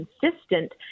consistent